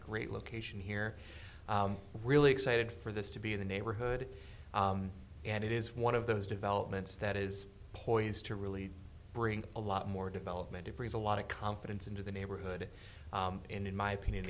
great location here really excited for this to be in the neighborhood and it is one of those developments that is poised to really bring a lot more development of reason a lot of confidence into the neighborhood in my opinion